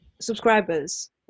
Subscribers